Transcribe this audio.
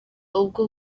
ubwo